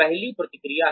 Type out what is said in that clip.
पहली प्रतिक्रिया है